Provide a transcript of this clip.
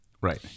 Right